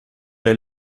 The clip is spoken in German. der